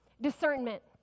discernment